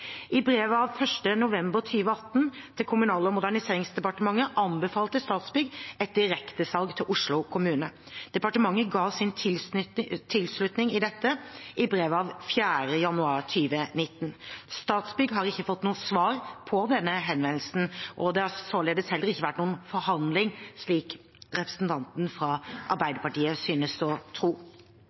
I brev av 1. november 2018 til Kommunal- og moderniseringsdepartementet anbefalte Statsbygg et direktesalg til Oslo kommune. Departementet ga sin tilslutning til dette i brev av 4. januar 2019. Statsbygg har ikke fått svar på denne henvendelsen, og det har således heller ikke vært noen forhandling, slik representanten fra Arbeiderpartiet synes å tro.